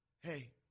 hey